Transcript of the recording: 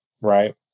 Right